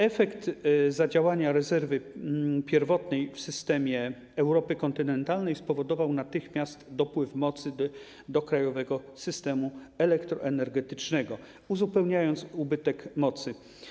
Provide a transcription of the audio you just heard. Efekt zadziałania rezerwy pierwotnej w systemie Europy kontynentalnej spowodował natychmiastowy dopływ mocy do krajowego systemu elektroenergetycznego, uzupełniając ubytek mocy.